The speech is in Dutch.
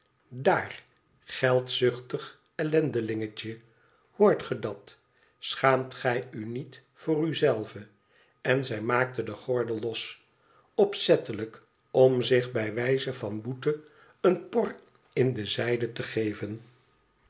daar geldzuchtig ellendelingetje hoort ge dat schaamt gij u niet voor u zelve en zij maakte den gordel los opzettelijk om zich bij wijze van boete een por in de zijde te geven